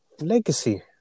legacy